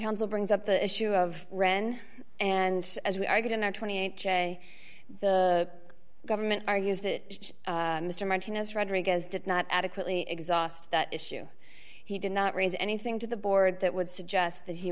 counsel brings up the issue of ren and as we are going to twenty eight dollars say the government argues that mr martinez rodriguez did not adequately exhaust that issue he did not raise anything to the board that would suggest that he